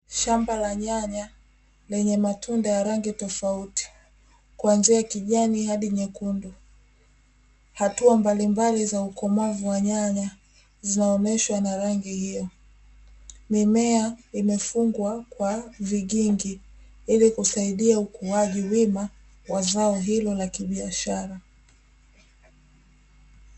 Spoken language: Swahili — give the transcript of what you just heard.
Shamba la nyanya lenye matunda ya rangi tofauti kuanzia kijani hadi nyekundu hatua mbalimbali za ukomavu wa nyanya zinaoneshwa na rangi hiyo, mimea imefungwa kwa vigingi ili kusaidia ukuaji wema wa zao hilo la kibiashara.